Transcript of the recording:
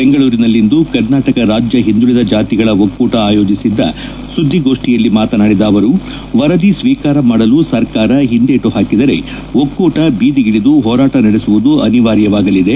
ಬೆಂಗಳೂರಿನಲ್ಲಿಂದು ಕರ್ನಾಟಕ ರಾಜ್ಯ ಹಿಂದುಳಿದ ಜಾತಿಗಳ ಒಕ್ಕೂಟ ಆಯೋಜಿಸಿದ್ದ ಸುದ್ದಿಗೋ ಷ್ಷಿಯಲ್ಲಿ ಮಾತನಾಡಿದ ಅವರು ವರದಿ ಸ್ವೀಕಾರ ಮಾಡಲು ಸರ್ಕಾರ ಹಿಂದೇಟು ಹಾಕಿದರೆ ಒಕ್ಕೂಟ ಬೀದಿಗಿಳಿದು ಹೋರಾಟ ನಡೆಸುವುದು ಅನಿವಾರ್ಯವಾಗಲಿದೆ